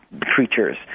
creatures